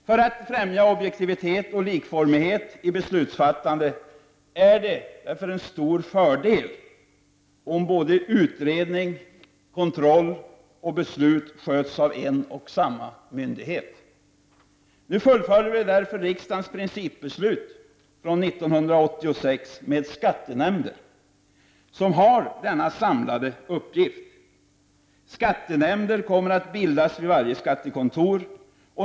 För att främja objektivitet och likformighet i beslutsfattandet är det därför en stor fördel om både utredning, kontroll och beslut sköts av en och samma myndighet. Nu fullföljer vi därför riksdagens principbeslut från 1986 om skattenämnder som har denna samlade uppgift. Skattenämnder kommer att bildas vid varje skattekontor.